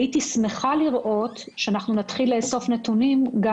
הייתי שמחה לראות שמתחילים לאסוף נתונים גם